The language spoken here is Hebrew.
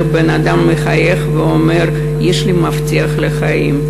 בן-אדם מחייך ואומר: יש לי מפתח לחיים,